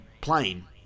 plane